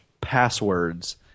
Passwords